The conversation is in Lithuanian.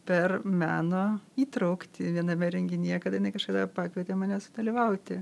per meno įtrauktį viename renginyje kada jinai kažkada pakvietė mane sudalyvauti